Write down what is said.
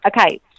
okay